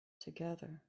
together